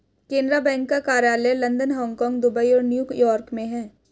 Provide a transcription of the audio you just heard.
Canara bank का कार्यालय London Hong Kong Dubai और न्यू यॉर्क में है